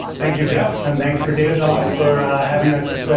thank you, jeff and thanks for datadog for having us,